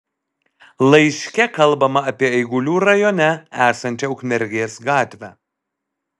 laiške kalbama apie eigulių rajone esančią ukmergės gatvę